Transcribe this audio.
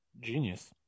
Genius